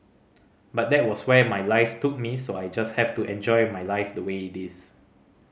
but that was where my life took me so I just have to enjoy my life the way it is